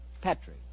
Petri